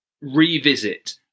revisit